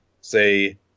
say